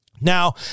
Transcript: Now